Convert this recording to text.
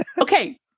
okay